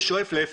זה שואף לאפס.